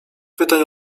pytań